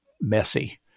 messy